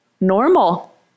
normal